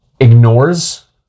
ignores